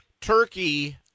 Turkey